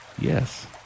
yes